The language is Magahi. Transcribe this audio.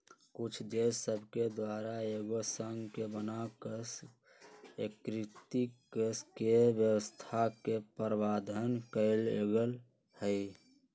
कुछ देश सभके द्वारा एगो संघ के बना कऽ एकीकृत कऽकेँ व्यवस्था के प्रावधान कएल गेल हइ